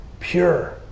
Pure